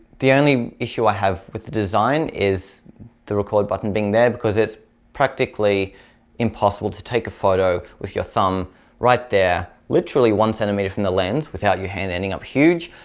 the only issue i have with the design is the record button being there because it's practically impossible to take a photo with your thumb right there literally one centimeter from the lens without your hand ending up huge.